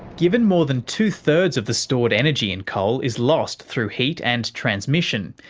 given more than two-thirds of the stored energy and coal is lost through heat and transmission